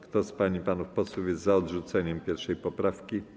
Kto z pań i panów posłów jest za odrzuceniem 1. poprawki,